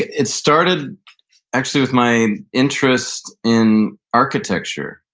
it's started actually with my interest in architecture,